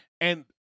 and-